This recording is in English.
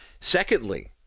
Secondly